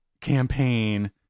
campaign